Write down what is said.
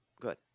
good